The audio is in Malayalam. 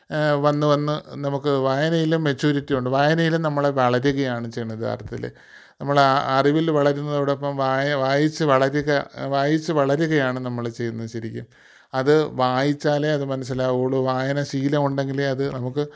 വന്ന് വന്ന് നമുക്ക് വായനയിലും മെച്യൂരിറ്റി ഉണ്ട് വായനയിലും നമ്മൾ വളരുകയാണ് ചെയ്യുന്നത് യഥാർത്ഥത്തിൽ നമ്മൾ അറിവിൽ വളരുന്നതോടൊപ്പം വായ വായിച്ച് വളരുക വായിച്ച് വളരുകയാണ് നമ്മൾ ചെയ്യുന്നത് ശരിക്കും അത് വായിച്ചാലേ അത് മനസ്സിലാവുള്ളൂ വായനാശീലം ഉണ്ടെങ്കിലേ അത് നമുക്ക്